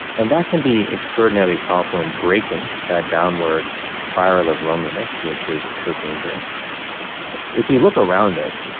and that can be extraordinarily powerful in breaking that downward spiral of loneliness, which is so dangerous if we look around us,